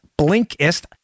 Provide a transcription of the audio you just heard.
Blinkist